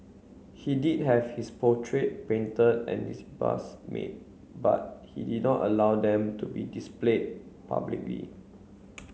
he did have his portrait painted and his bust made but he did not allow them to be displayed publicly